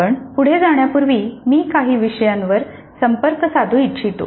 आपण पुढे जाण्यापूर्वी मी काही विषयांवर संपर्क साधू इच्छितो